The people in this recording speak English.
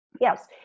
Yes